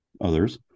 others